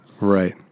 Right